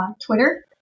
Twitter